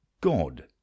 God